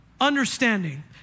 understanding